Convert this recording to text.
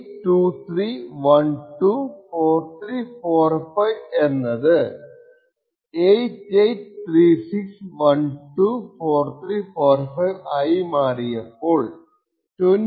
8823124345 എന്നത് 8836124345 ആയി മാറിയപ്പോൾ 23 36 ആയി